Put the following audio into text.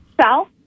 South